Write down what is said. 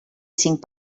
cinc